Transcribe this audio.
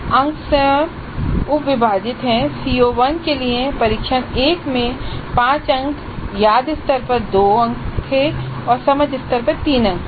अंक स्वयं उप विभाजित हैं CO1 के लिए परीक्षण 1 में 5 अंक याद स्तर पर 2 अंक थे समझ स्तर पर 3 अंक थे